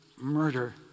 murder